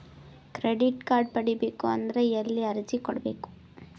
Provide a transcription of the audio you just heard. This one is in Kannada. ಕ್ರೆಡಿಟ್ ಕಾರ್ಡ್ ಪಡಿಬೇಕು ಅಂದ್ರ ಎಲ್ಲಿ ಅರ್ಜಿ ಕೊಡಬೇಕು?